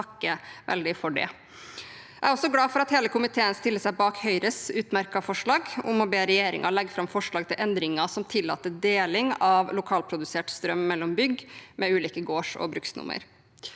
4601 Jeg er også glad for at hele komiteen stiller seg bak Høyres utmerkede forslag om å be regjeringen legge fram forslag til endringer som tillater deling av lokalprodusert strøm mellom bygg med ulike gårds- og bruksnummer.